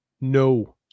No